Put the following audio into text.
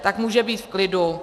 Tak může být v klidu.